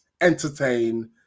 entertain